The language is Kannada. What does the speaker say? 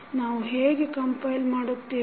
ನಾವು ಹೇಗೆ ಕಂಪೈಲ್ ಮಾಡುತ್ತೇವೆ